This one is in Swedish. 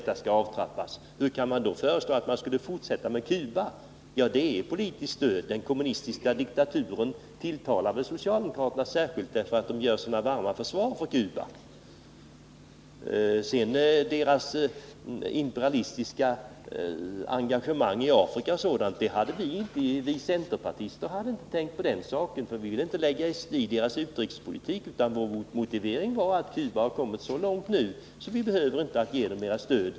Hur kan då socialdemokraterna föreslå att biståndet till Cuba skall fortsätta? Jo, det är fråga om ett politiskt stöd. Den kommunistiska diktaturen tilltalar väl socialdemokraterna särskilt, eftersom de så varmt försvarar Cuba. Vid beslutet att skära ned biståndet till Cuba tänkte vi centerpartister inte på Cubas imperialistiska engagemang i Afrika, eftersom vi inte ville lägga oss i landets utrikespoiitik. Vår motivering var i stället att Cuba hade kommit så långt ekonomiskt att vi inte behövde ge landet något stöd.